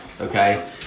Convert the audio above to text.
okay